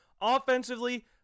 Offensively